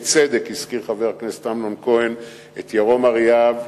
בצדק הזכיר חבר הכנסת אמנון כהן את ירום אריאב,